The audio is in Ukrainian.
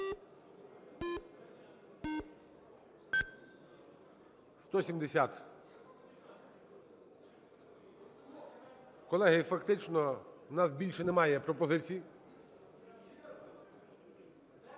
За-170 Колеги, фактично у нас більше немає пропозицій.